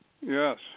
Yes